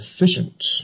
efficient